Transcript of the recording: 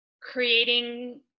creating